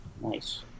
Nice